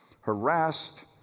harassed